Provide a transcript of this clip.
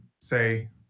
say